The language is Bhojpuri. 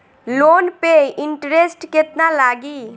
लोन पे इन्टरेस्ट केतना लागी?